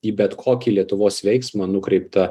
į bet kokį lietuvos veiksmą nukreiptą